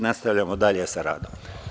Nastavljamo dalje sa radom.